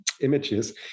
images